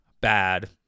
bad